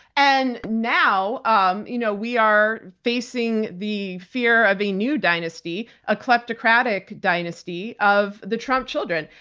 and now um you know we are basing the fear of a new dynasty, a kleptocratic dynasty of the trump children.